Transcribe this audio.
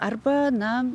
arba na